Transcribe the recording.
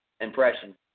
impression